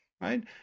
right